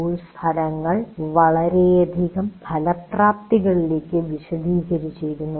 course ഫലങ്ങൾ വളരെയധികം പ്രാപ്തികളിലേക്ക് വിശദീകരിച്ചിരിക്കുന്നു